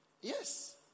Yes